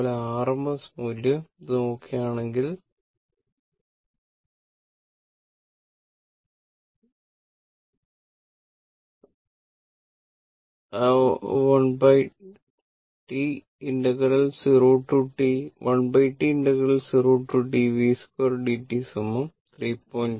അതുപോലെ RMS മൂല്യവും ഇത് നോക്കുകയാണെങ്കിൽ 1T0Tv2 dt 3